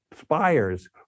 spires